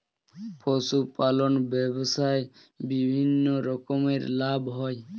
পশুপালন ব্যবসায় বিভিন্ন রকমের লাভ হয়